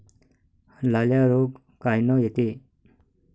लाल्या रोग कायनं येते?